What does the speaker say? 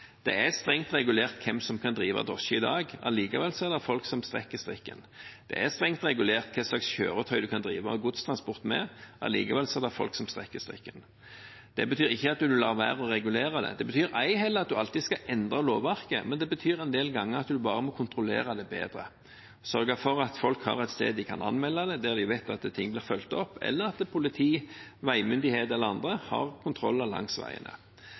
er strengt regulert hvem som kan kjøre drosje i dag, men likevel er det folk som strekker strikken. Det er strengt regulert hva slags kjøretøy en kan kjøre godstransport med, men likevel er det folk som strekker strikken. Det betyr ikke at en lar være å regulere det. Det betyr heller ikke at en alltid skal endre lovverket, men det betyr en del ganger at en bare må kontrollere det bedre, sørge for at folk har et sted hvor de kan anmelde det, der de vet at ting blir fulgt opp, eller at politi, veimyndigheter eller andre har kontroller langs veiene.